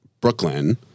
Brooklyn